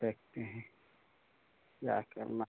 देखते हैं क्या करना